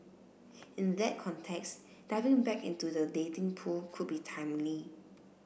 in that context diving back into the dating pool could be timely